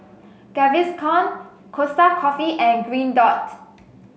Gaviscon Costa Coffee and Green Dot